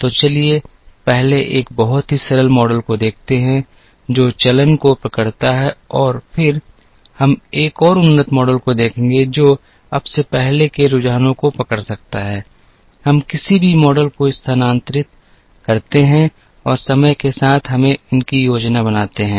तो चलिए पहले एक बहुत ही सरल मॉडल को देखते हैं जो चलन को पकड़ता है और फिर हम एक और उन्नत मॉडल को देखेंगे जो अब से पहले के रुझानों को पकड़ सकता है हम किसी भी मॉडल को स्थानांतरित करते हैं और समय के साथ हमें इनकी योजना बनाते हैं